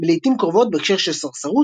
לעיתים קרובות בהקשר של סרסרות,